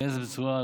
להיכנס בצורה,